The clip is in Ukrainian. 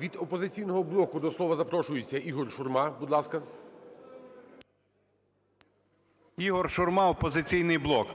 Від "Опозиційного блоку" до слова запрошується Ігор Шурма. Будь ласка. 10:17:42 ШУРМА І.М. Ігор Шурма, "Опозиційний блок".